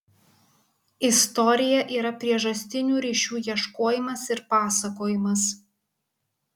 istorija yra priežastinių ryšių ieškojimas ir pasakojimas